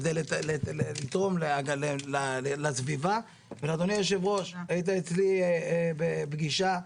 כדי לתרום לסביבה ולאדוני היו"ר היית אצלי בפגישה,